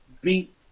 beat